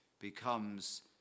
becomes